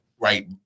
Right